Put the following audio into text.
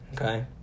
Okay